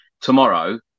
tomorrow